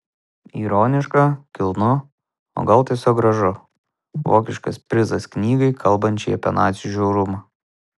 ironiška kilnu o gal tiesiog gražu vokiškas prizas knygai kalbančiai apie nacių žiaurumą